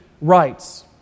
writes